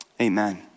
Amen